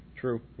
True